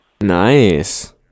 Nice